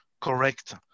correct